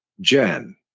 Jen